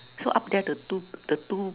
so up there the two the two